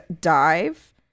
dive